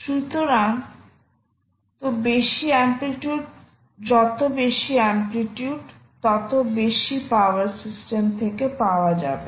সুতরাং তো বেশি অ্যামপ্লিচিউড ততবেশি পাওয়ার সিস্টেম থেকে পাওয়া যাবে